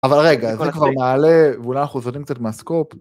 אבל רגע זה כבר מעלה ואולי אנחנו סוטים קצת מהסקופ